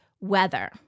weather